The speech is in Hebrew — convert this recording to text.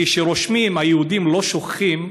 כי כשרושמים שהיהודים לא שוכחים,